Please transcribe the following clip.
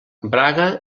braga